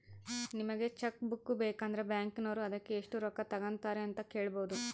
ನಿಮಗೆ cheque book ಬೇಕಂದ್ರ ಬ್ಯಾಕಿನೋರು ಅದಕ್ಕೆ ಎಷ್ಟು ರೊಕ್ಕ ತಂಗತಾರೆ ಅಂತ ಕೇಳಬೊದು